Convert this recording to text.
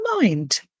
mind